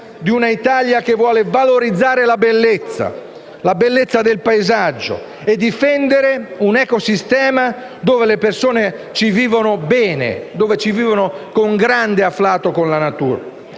di un’Italia che vuole valorizzare la bellezza del paesaggio e difendere un ecosistema dove le persone vivono bene, con grande afflato con la natura.